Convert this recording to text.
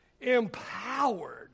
empowered